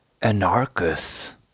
Anarchus